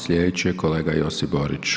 Slijedeći je kolega Josip Borić.